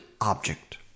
object